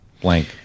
Blank